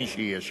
מי שיהיה שם,